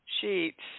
Sheets